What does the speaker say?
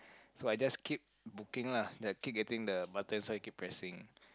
so I just keep booking lah ya keep getting the button keep pressing